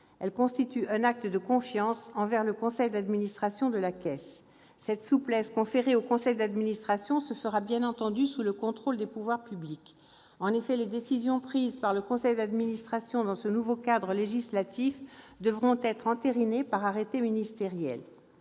Elle constitue un acte de confiance envers le conseil d'administration de la Caisse. Cette souplesse conférée au conseil d'administration interviendra bien entendu sous le contrôle des pouvoirs publics. En effet, les décisions prises par ce conseil dans ce nouveau cadre législatif devront être entérinées par arrêté ministériel.